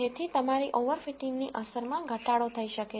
જેથી તમારી overfitting ની અસર માં ઘટાડો થઈ શકે